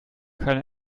keine